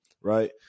right